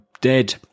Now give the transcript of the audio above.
dead